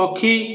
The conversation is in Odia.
ପକ୍ଷୀ